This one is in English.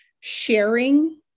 sharing